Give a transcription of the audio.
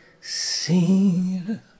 seen